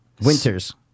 Winters